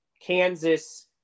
Kansas